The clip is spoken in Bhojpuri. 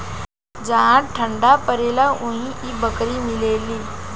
जहा ठंडा परेला उहे इ बकरी मिलेले